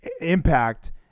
Impact